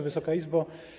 Wysoka Izbo!